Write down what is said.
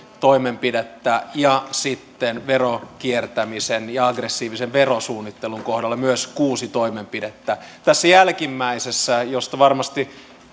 toimenpidettä ja sitten veron kiertämisen ja aggressiivisen verosuunnittelun kohdalla myös kuusi toimenpidettä tässä jälkimmäisessä josta varmasti